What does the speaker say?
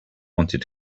wanted